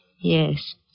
Yes